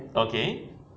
okay